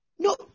No